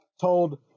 told